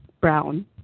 brown